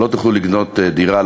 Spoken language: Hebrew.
לא תוכלו לקנות דירה,